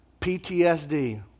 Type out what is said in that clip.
PTSD